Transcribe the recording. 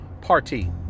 party